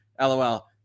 LOL